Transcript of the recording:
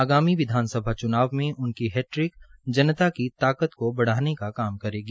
आगामी विधानसभा च्नाव में उनकी हैट्रिक जनता की ताकत को बढ़ाने का काम करेगी